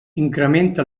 incrementa